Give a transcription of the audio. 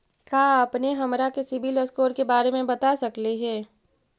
का अपने हमरा के सिबिल स्कोर के बारे मे बता सकली हे?